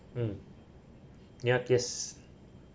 mm yup yes